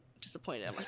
disappointed